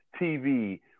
TV